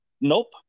Nope